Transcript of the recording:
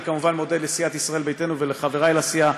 אני כמובן מודה לסיעת ישראל ביתנו ולחברי לסיעה,